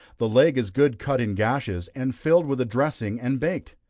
the leg is good cut in gashes, and filled with a dressing, and baked.